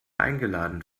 eingeladen